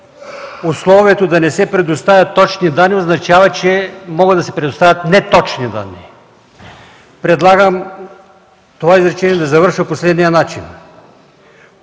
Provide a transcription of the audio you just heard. условието да не се предоставят точни данни означава, че могат да се предоставят неточни данни. Предлагам това изречение да завършва по следния начин: